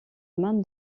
main